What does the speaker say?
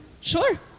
Sure